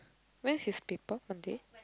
when is his paper Monday